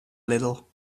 little